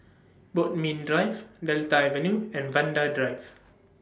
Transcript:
Bodmin Drive Delta Avenue and Vanda Drive